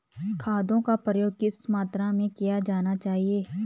खादों का प्रयोग किस मात्रा में किया जाना चाहिए?